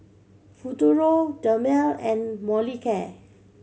Futuro Dermale and Molicare